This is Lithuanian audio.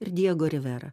ir diego riviera